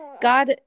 God